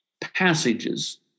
passages